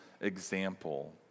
example